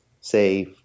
say